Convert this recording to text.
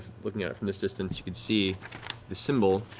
looking at it from this distance, you can see the symbol